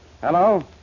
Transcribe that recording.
Hello